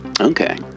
okay